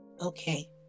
Okay